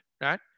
right